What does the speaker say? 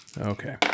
Okay